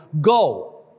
go